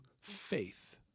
faith